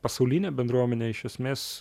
pasaulinė bendruomenė iš esmės